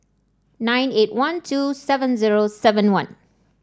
nine eight one two seven zero seven one